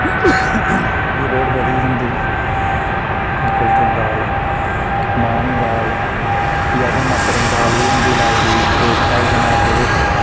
एह् बी बोह्त बधिया खंदे न कुल्थें दी दाल मांह् दी दाल फ्ही असें मसरें दी दाल बी होंदी लाई दी दो ढाई कनाल जगह् बिच्च